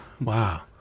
wow